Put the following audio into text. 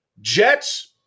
Jets